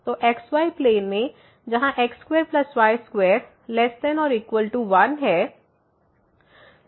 तो xy plane में जहाँ x2y2≤1 है